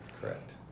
Correct